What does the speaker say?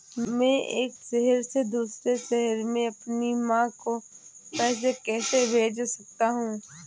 मैं एक शहर से दूसरे शहर में अपनी माँ को पैसे कैसे भेज सकता हूँ?